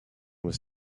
was